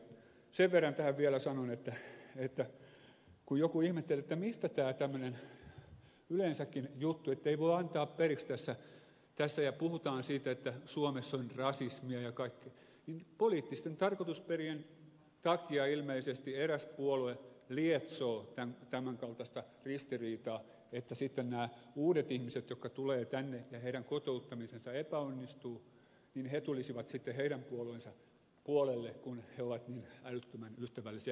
sen verran tähän vielä sanon että kun joku ihmetteli mistä johtuu tämä tämmöinen juttu ettei voi antaa periksi tässä ja kun puhutaan siitä että suomessa on rasismia ja kaikkea niin poliittisten tarkoitusperien takia ilmeisesti eräs puolue lietsoo tämän kaltaista ristiriitaa että nämä uudet ihmiset jotka tulevat tänne ja joiden kotouttaminen epäonnistuu tulisivat sitten heidän puolueensa puolelle kun he ovat niin älyttömän ystävällisiä